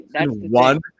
one